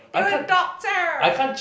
you're a doctor